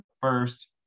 first